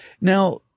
Now